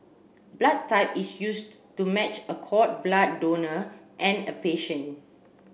blood type is used to match a cord blood donor and a patient